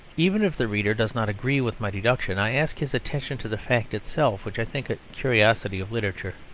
even if the reader does not agree with my deduction, i ask his attention to the fact itself, which i think a curiosity of literature.